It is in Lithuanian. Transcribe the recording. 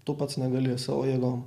tu pats negali savo jėgom